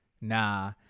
nah